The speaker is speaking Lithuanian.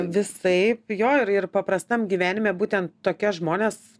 visaip jo ir ir paprastam gyvenime būtent tokie žmonės